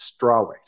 strawweight